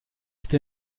cette